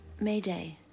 Mayday